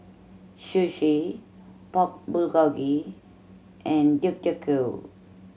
Sushi Pork Bulgogi and Deodeok Gui